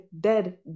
dead